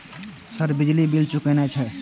Sir बिजली bill चूकेना छे?